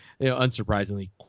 unsurprisingly